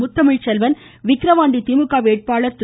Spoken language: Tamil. முத்தமிழ் செல்வன் விக்கிரவாண்டி திமுக வேட்பாளர் திரு